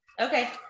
Okay